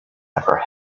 never